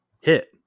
hit